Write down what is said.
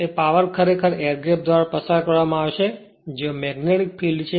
તે પાવર ખરેખર air gap દ્વારા પસાર કરવામાં આવશે જ્યાં મેગ્નેટીક ફિલ્ડ છે